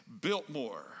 Biltmore